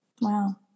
Wow